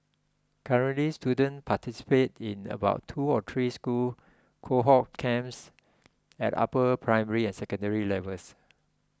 currently students participate in about two or three school cohort camps at upper primary and secondary levels